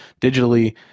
digitally